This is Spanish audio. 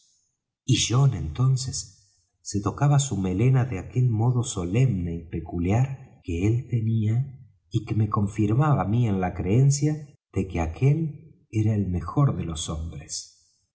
y john entonces se tocaba su melena de aquel modo solemne y peculiar que él tenía y que me confirmaba á mí en la creencia de que aquel era el mejor de los hombres